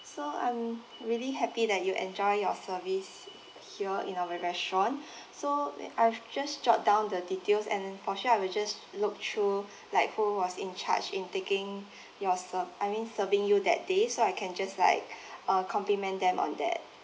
so I'm really happy that you enjoyed your service here in our restaurant so I've just jot down the details and for sure I will just look through like who was in charge in taking your ser~ I mean serving you that day so I can just like uh compliment them on that